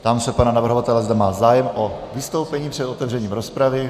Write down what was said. Ptám se pana navrhovatele, zda má zájem o vystoupení před otevřením rozpravy.